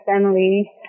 family